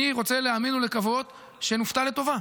אני רוצה להאמין ולקוות שנופתע לטובה,